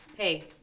Hey